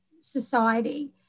society